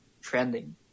Trending